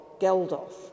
Geldof